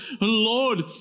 lord